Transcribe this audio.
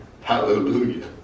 Hallelujah